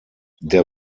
der